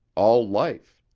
all life.